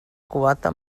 quota